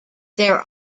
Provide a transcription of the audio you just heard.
there